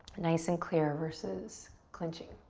nice and clear, versus clenching.